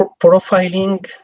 profiling